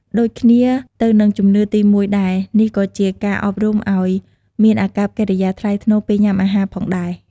ដូចគ្នាទៅនឹងជំនឿទី១ ដែរ នេះក៏ជាការអប់រំឲ្យមានអាកប្បកិរិយាថ្លៃថ្នូរពេលញ៉ាំអាហារផងដែរ។